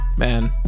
man